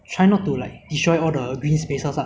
in order to build these kinds of flats ah or buildings ah